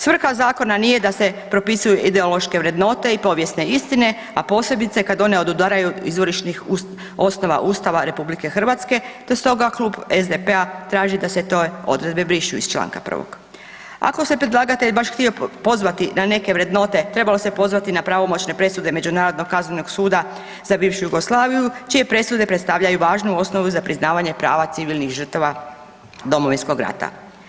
Svrha zakona nije da se propisuju ideološke vrednote i povijesne istine, a posebice kad one odudaraju od izvorišnih osnova Ustava RH, te stoga klub SDP-a traži da se te odredbe brišu iz članka 1. Ako se predlagatelj baš htio pozvati na neke vrednote trebalo se pozvati na pravomoćne presude Međunarodnog kaznenog suda za bivšu Jugoslaviju čije presude predstavljaju važnu osnovu za priznavanje prava civilnih žrtava Domovinskog rata.